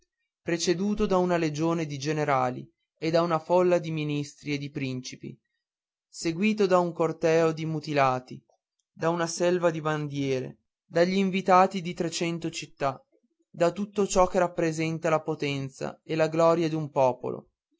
preceduto da una legione di generali e da una folla di ministri e di principi seguito da un corteo di mutilati da una selva di bandiere dagli inviati di trecento città da tutto ciò che rappresenta la potenza e la gloria d'un popolo